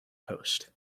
post